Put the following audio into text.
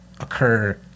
occur